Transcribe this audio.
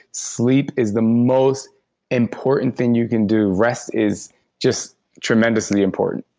sleep is the most important thing you can do. rest is just tremendously important